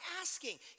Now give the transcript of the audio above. asking